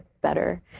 better